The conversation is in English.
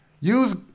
use